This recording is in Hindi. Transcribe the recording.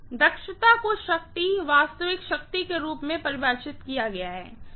दक्षता को शक्ति वास्तविक शक्ति के रूप में परिभाषित किया गया है